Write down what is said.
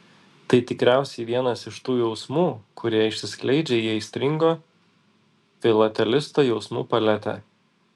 tai tikriausiai vienas iš tų jausmų kurie išsiskleidžia į aistringo filatelisto jausmų paletę